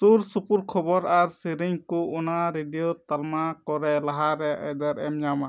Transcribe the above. ᱥᱩᱨ ᱥᱩᱯᱩᱨ ᱠᱷᱚᱵᱚᱨ ᱟᱨ ᱥᱮᱨᱮᱧ ᱠᱚ ᱚᱱᱟ ᱨᱮᱰᱤᱭᱳ ᱛᱟᱞᱢᱟ ᱠᱚᱨᱮ ᱞᱟᱦᱟᱨᱮ ᱟᱹᱭᱫᱟᱹᱨ ᱮ ᱧᱟᱢᱟ